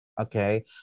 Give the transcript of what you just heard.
okay